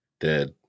Dead